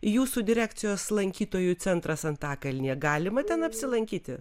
jūsų direkcijos lankytojų centras antakalnyje galima ten apsilankyti